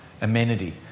amenity